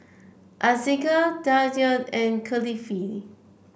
Aizat Khadija and Kefli